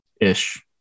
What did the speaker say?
Ish